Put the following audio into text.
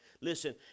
Listen